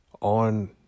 on